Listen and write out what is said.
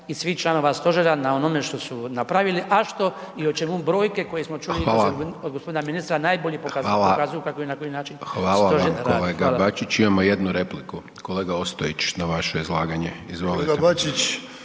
(SDP)** Hvala vam kolega Bačić. Imamo jednu repliku. Kolega Ostojić na vaše izlaganje, izvolite.